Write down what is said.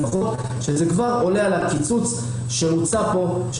וזה כבר עולה על הקיצוץ שהוצע פה של